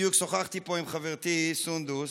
בדיוק שוחחתי פה עם חברתי סונדוס: